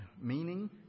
meaning